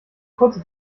kurze